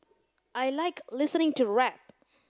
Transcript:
I like listening to rap